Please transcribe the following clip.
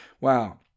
Wow